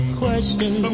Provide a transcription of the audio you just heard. question